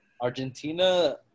Argentina